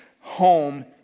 home